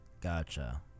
gotcha